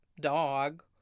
dog